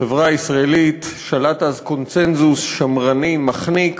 בחברה הישראלית שלט אז קונסנזוס שמרני, מחניק,